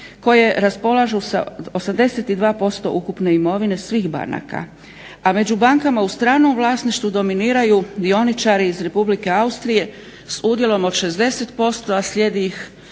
koje raspolažu sa 82% ukupne imovine svih banaka. A među bankama u stranom vlasništvu dominiraju dioničari iz Republike Austrije s udjelom od 60%, a slijedi ih